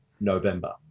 November